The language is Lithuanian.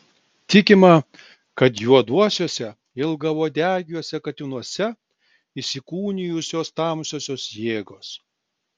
tikima kad juoduosiuose ilgauodegiuose katinuose įsikūnijusios tamsiosios jėgos